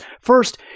First